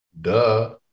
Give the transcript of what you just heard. Duh